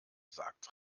sagt